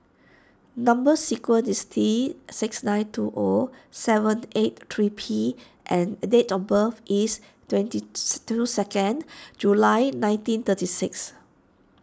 Number Sequence is T six nine two O seven eight three P and date of birth is twenty two second July nineteen thirty six